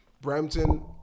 Brampton